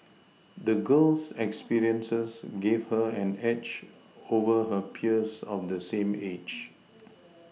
the girl's experiences gave her an edge over her peers of the same age